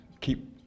keep